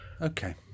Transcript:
Okay